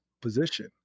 position